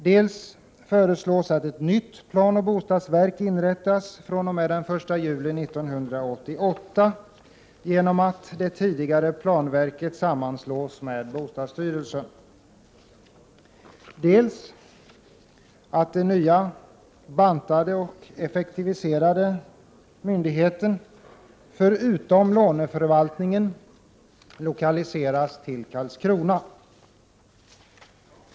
Dels föreslås att ett nytt planoch bostadsverk inrättas fr.o.m. den 1 juli 1988 genom att det tidigare planverket sammanslås med bostadsstyrelsen, dels föreslås att den nya, bantade och effektiviserade myndigheten förutom låneförvaltningsdelen lokaliseras till Karlskrona.